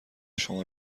شما